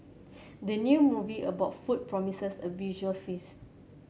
the new movie about food promises a visual feast